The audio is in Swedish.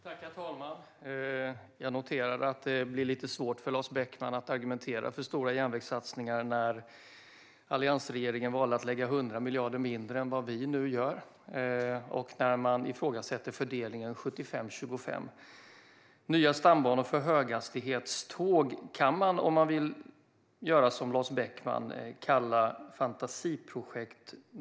Herr talman! Jag noterade att det blir lite svårt för Lars Beckman att argumentera för stora järnvägssatsningar när alliansregeringen valde att lägga 100 miljarder mindre än vi nu gör på detta och ifrågasätta fördelningen 75-25. Nya stambanor för höghastighetståg kan man, om man vill göra som Lars Beckman, kalla fantasiprojekt.